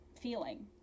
feeling